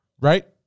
right